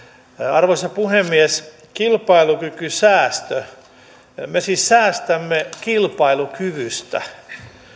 arvoisa puhemies kilpailukykysäästö me siis säästämme kilpailukyvystä